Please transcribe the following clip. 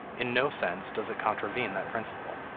in no sense does it contravene that principle.